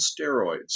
steroids